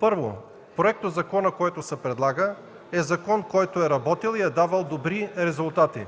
Първо, законопроектът, който се предлага, е закон, който е работил и е давал добри резултати.